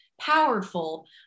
powerful